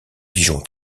pigeon